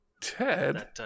Ted